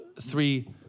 three